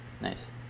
Nice